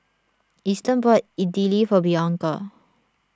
Easton bought Idili for Bianca